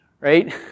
right